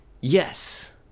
yes